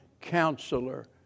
Counselor